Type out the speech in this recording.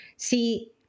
See